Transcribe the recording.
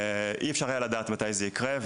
אי אפשר היה לדעת מתי זה יקרה,